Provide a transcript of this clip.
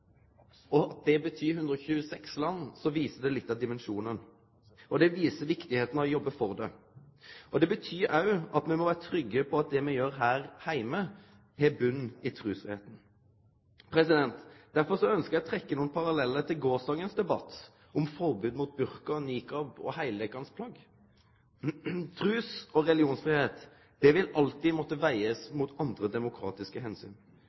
og utøving av religion. Det dreier seg om 126 land. Det viser litt av dimensjonen, og det viser kor viktig det er å jobbe for trusfridomen. Det betyr òg at me må vere trygge på at det me gjer her heime, har botn i trusretten. Derfor ønskjer eg å trekkje nokre parallellar til gårsdagens debatt om forbod mot burka, niqab og heildekkjande plagg. Trus- og religionsfridom vil alltid måtte